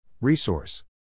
Resource